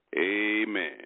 Amen